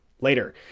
later